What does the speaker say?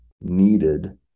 needed